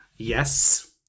Yes